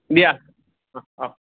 দিয়া অঁহ অঁহ